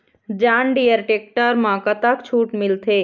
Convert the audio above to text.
John Deere tractor म कतक छूट मिलथे?